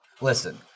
Listen